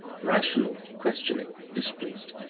rational, questioning, displeased.